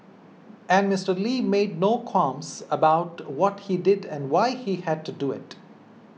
and Mister Lee made no qualms about what he did and why he had to do it